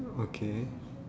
okay